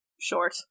short